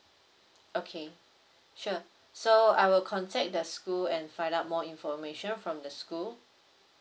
okay sure so I will contact the school and find out more information from the school